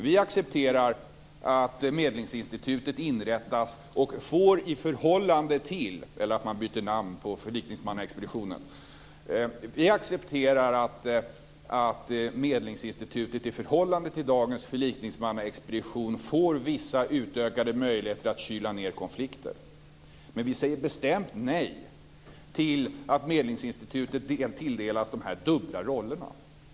Vi accepterar att man byter namn på Förlikningsmannaexpeditionen och att Medlingsinstitutet i förhållande till dagens förlikningsmannaexpedition får vissa utökade möjligheter att kyla ned konflikter. Däremot säger vi bestämt nej till att Medlingsinstitutet tilldelas dubbla roller.